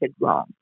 wrong